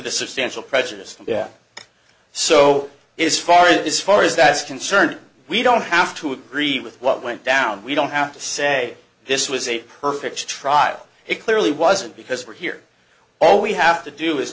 the substantial prejudiced yeah so it's far it is far as that's concerned we don't have to agree with what went down we don't have to say this was a perfect trial it clearly wasn't because we're here all we have to do is